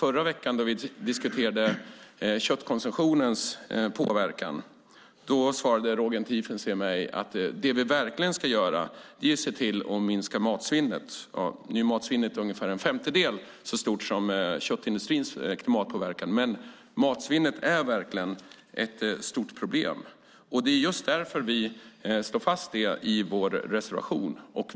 Förra veckan, när vi diskuterade köttkonsumtionens påverkan svarade Roger Tiefensee mig att det vi verkligen ska göra att se till att minska matsvinnet. Nu är matsvinnet ungefär en femtedel så stort som köttindustrins klimatpåverkan, matsvinnet är verkligen ett stort problem. Det är just därför vi slår fast det i vår reservation.